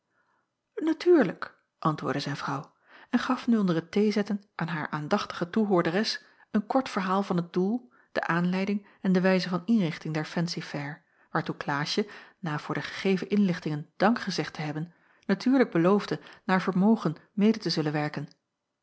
natuurlijk antwoordde zijn vrouw en gaf nu onder het theezetten aan haar aandachtige toehoorderes een kort verhaal van het doel de aanleiding en de wijze van inrichting der fancy-fair waartoe klaasje na voor de gegeven inlichtingen dank gezegd te hebben natuurlijk beloofde naar vermogen mede te zullen werken